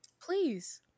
Please